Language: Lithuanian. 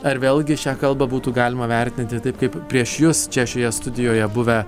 ar vėlgi šią kalbą būtų galima vertinti taip kaip prieš jus čia šioje studijoje buvę